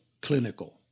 clinical